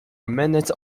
minute